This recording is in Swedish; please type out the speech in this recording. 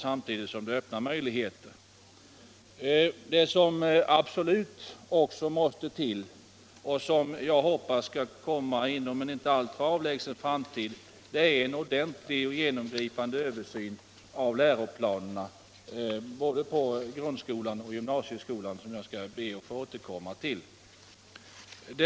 Samtidigt som detta öppnar möjligheter ställer det naturligtvis också krav. Jag hoppas vidare att det inom en inte alltför avlägsen framtid skall ske en ordentlig och genomgripande översyn av läroplanerna både i grundskolan och i gymnasieskolan. Det behövs förvisso. 67 Jag ber att få återkomma till den saken senare.